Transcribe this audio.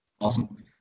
Awesome